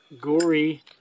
Gory